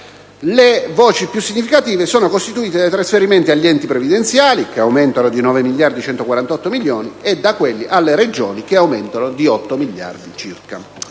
le voci più significative sono costituite dai trasferimenti agli enti previdenziali, che aumentano di 9.148 milioni e da quelli alle Regioni, che aumentano di 8.079 milioni.